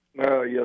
Yes